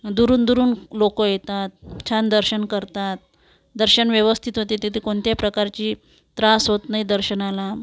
दुरून दुरून लोकं येतात छान दर्शन करतात दर्शन व्यवस्थित होते तिथे कोणत्याही प्रकारची त्रास होत नाही दर्शनाला